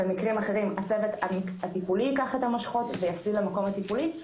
במקרים אחרים הצוות הטיפולי ייקח את המושכות ויפעיל למקום הטיפולי.